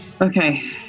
Okay